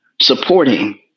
supporting